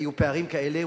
והיו פערים כאלה,